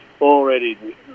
already